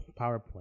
PowerPoint